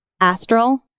astral